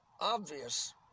obvious